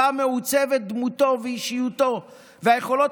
שבו מעוצבת דמותו ואישיותו והיכולות